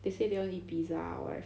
they say they eat pizza or what